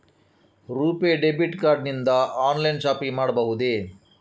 RuPay debit card ನಿಂದ online shopping ಮಾಡಬಹುದೇ?